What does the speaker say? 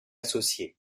associé